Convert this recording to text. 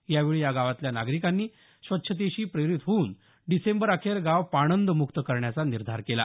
यावेळी या गावातल्या नागरिकांनी स्वच्छतेशी प्रेरित होऊन डिसेंबर अखेर गाव पाणंदमुक्त करण्याचा निर्धार केला